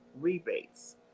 rebates